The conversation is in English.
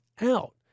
out